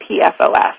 PFOS